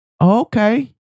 Okay